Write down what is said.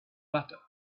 that